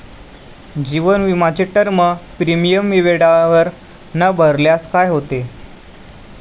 जीवन विमाचे term premium वेळेवर न भरल्यास काय होते?